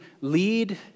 lead